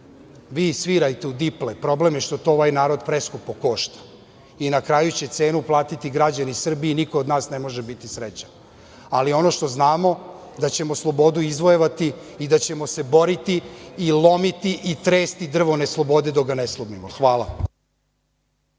Vi svirajte u diple, problem je što to ovaj narod preskupo košta i na kraju će cenu platiti građani Srbije i niko od nas ne može biti srećan. Ono što znamo je da ćemo slobodu izvojevati i da ćemo se boriti i lomiti i tresti drvo neslobode dok ga ne slomimo. Hvala.